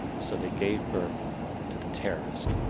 so they gave birth to the terrorist.